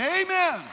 Amen